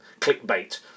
Clickbait